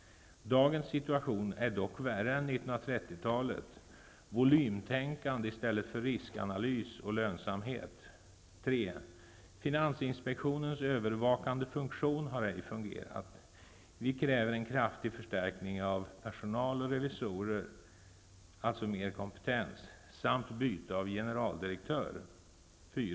Dagens situation är dock värre än 1930 talet. Volymtänkande i stället för riskanalys och lönsamhet. tFinansinspektionens övervakande funktion har ej fungerat. Vi kräver en kraftig förstärkning av personal och revisorer, mer kompetens, samt byte av generaldirektör.